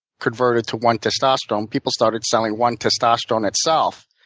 converted to one testosterone people started selling one testosterone itself.